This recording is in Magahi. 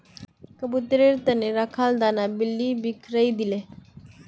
कबूतरेर त न रखाल दाना बिल्ली बिखरइ दिले